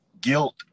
guilt